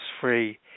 free